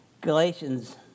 Galatians